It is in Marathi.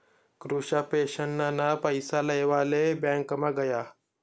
कृष्णा पेंशनना पैसा लेवाले ब्यांकमा गया